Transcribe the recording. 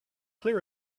clear